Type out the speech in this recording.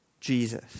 Jesus